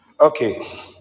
Okay